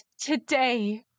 today